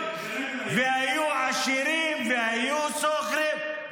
והיו עשירים והיו סוחרים.